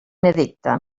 edicte